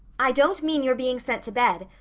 i don't mean your being sent to bed.